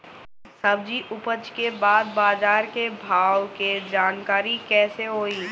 सब्जी उपज के बाद बाजार के भाव के जानकारी कैसे होई?